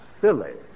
silly